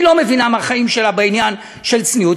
היא לא מבינה מהחיים שלה בעניין של צניעות,